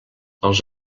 els